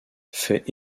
fait